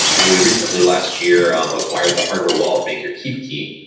and we recently last year acquired the hardware wallet maker keepkey.